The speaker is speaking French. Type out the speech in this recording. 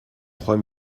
trois